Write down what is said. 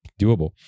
doable